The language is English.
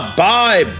bye